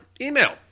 email